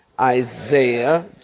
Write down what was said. Isaiah